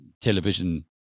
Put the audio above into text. television